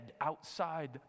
outside